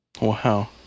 Wow